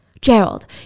Gerald